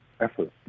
effort